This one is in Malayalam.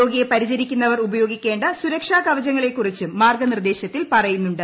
രോഗിയെ പരിചരിക്കുന്നവർ ഉപയോഗിക്കേണ്ട സുരക്ഷാ കവചങ്ങളെക്കുറിച്ചും മാർഗ്ഗനിർദ്ദേശത്തിൽ പറയുന്നുണ്ട്